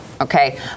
okay